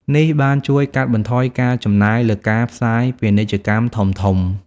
នេះបានជួយកាត់បន្ថយការចំណាយលើការផ្សាយពាណិជ្ជកម្មធំៗ។